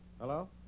Hello